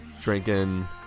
drinking